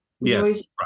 yes